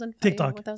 TikTok